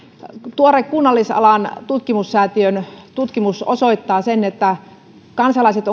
tuore kunnallisalan tutkimussäätiön tutkimus osoittaa sen että kansalaiset